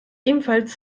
ebenfalls